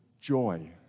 joy